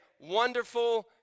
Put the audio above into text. wonderful